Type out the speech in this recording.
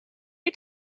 you